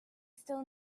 still